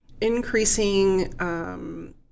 increasing